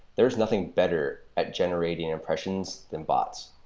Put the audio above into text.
there's nothing better at generating impressions than bots.